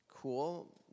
Cool